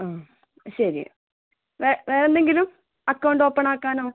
ആ ശരി വേറെയെന്തെങ്കിലും അക്കൗണ്ട് ഓപ്പൺ ആക്കാനോ